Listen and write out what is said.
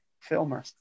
filmer